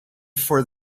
for